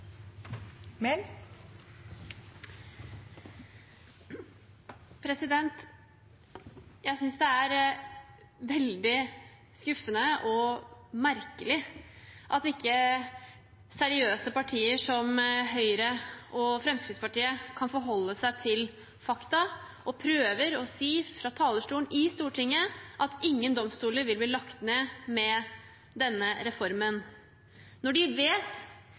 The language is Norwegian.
veldig skuffende og merkelig at seriøse partier som Høyre og Fremskrittspartiet ikke kan forholde seg til fakta og prøver å si fra talerstolen i Stortinget at ingen domstoler vil bli lagt ned med denne reformen, når de vet